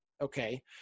Okay